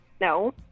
No